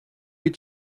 mes